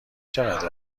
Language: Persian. چقدر